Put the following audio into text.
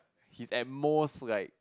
he's at most like